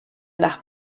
las